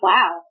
Wow